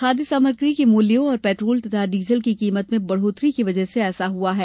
खाद्य सामग्री के मूल्यों और पेट्रोल तथा डीजल की कीमत में बढ़ोतरी की वजह से ऐसा हुआ है